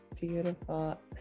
beautiful